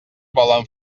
volen